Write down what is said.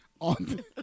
On